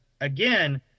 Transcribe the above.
again